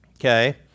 Okay